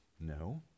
No